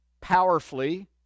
powerfully